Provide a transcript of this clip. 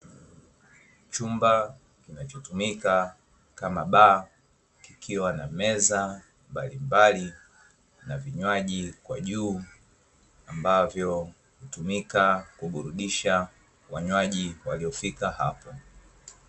Chumba kinachotumika kama baa, kikiwa na meza mbalimbali na vinywaji kwa juu ambavyo hutumika kuburudisha wanywaji waliofika hapo.